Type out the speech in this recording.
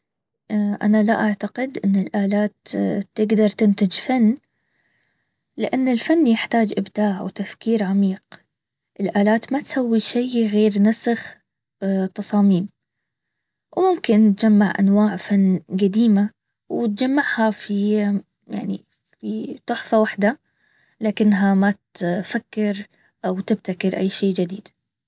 اه انا لا اعتقد ان الالات تقدر تنتج فن لان الفن يحتاج ابداع وتفكير عميق الالات ما تسوي شي غير نسخ تصاميم وممكن تجمع انواع فن قديمة وتجمعها في يعني في تحفه واحدة لكنها ما تفكر او تبتكر اي شي جديد